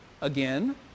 again